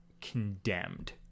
condemned